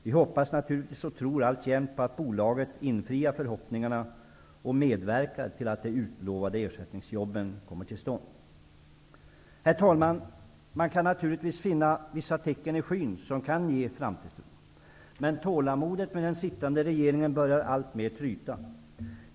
Vi hoppas naturligtvis och tror alltjämt på att bolaget infriar förhoppningarna och medverkar till att de utlovade ersättningsjobben kommer till stånd. Herr talman! Man kan finna vissa tecken i skyn som kan ge framtidstro. Men tålamodet med den sittande regeringen börjar alltmer tryta.